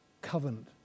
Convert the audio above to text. Covenant